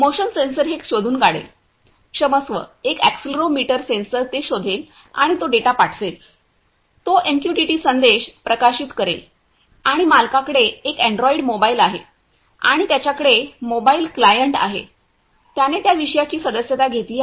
motion sensor हे शोधून काढेल क्षमस्व एक अॅक्सिलरो मिटर सेन्सर ते शोधेल आणि तो डेटा पाठवेल तो एमक्यूटीटी संदेश प्रकाशित करेल आणि मालकाकडे एक अँड्रॉइड मोबाइल आहे आणि त्याच्याकडे मोबाइल क्लायंट आहे त्याने त्या विषयाची सदस्यता घेतली आहे